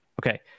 Okay